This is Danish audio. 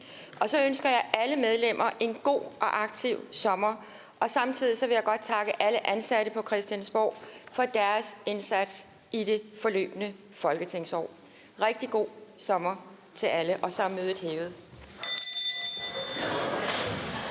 Så ønsker jeg alle medlemmer en god og aktiv sommer. Og samtidig vil jeg godt takke alle ansatte på Christiansborg for deres indsats i det forløbne folketingsår. Rigtig god sommer til alle. Mødet er hævet.